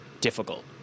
difficult